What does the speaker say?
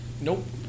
Nope